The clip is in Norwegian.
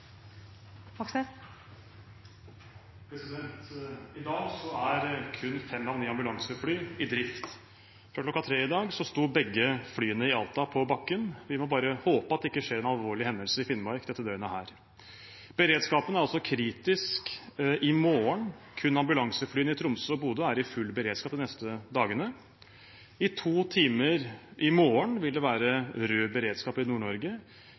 Moxnes har bedt om ordet. I dag er kun fem av ni ambulansefly i drift. Fra kl. 15 i dag sto begge flyene i Alta på bakken. Vi må bare håpe at det ikke skjer noen alvorlige hendelser i Finnmark dette døgnet. Beredskapen er altså kritisk. Kun ambulanseflyene i Tromsø og Bodø i er full beredskap de neste dagene. I to timer i morgen vil det være rød beredskap i